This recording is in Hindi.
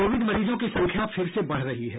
कोविड मरीजों की संख्या फिर से बढ़ रही है